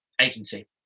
agency